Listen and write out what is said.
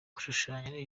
gushushanywa